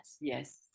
Yes